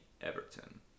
Everton